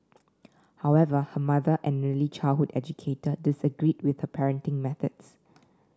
however her mother an early childhood educator disagreed with her parenting methods